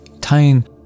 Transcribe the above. tying